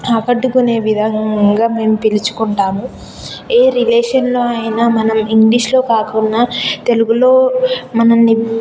ఆకట్టుకునే విధంగా మేము పిలుచుకుంటాము ఏ రిలేషన్లో అయినా మనం ఇంగ్లీషులో కాకున్న తెలుగులో మనల్ని